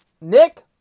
Nick